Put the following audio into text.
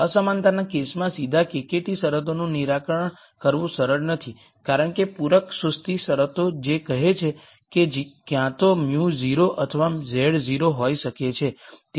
અસમાનતાના કેસમાં સીધા KKT શરતોનું નિરાકરણ કરવું સરળ નથી કારણ કે પૂરક સુસ્તી શરતો જે કહે છે કે ક્યાં તો μ 0 અથવા z 0 હોઈ શકે છે